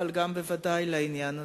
אבל ודאי גם לעניין הזה.